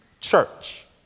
church